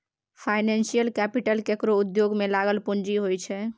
financial capital केकरो उद्योग में लागल पूँजी होइ छै